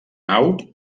nau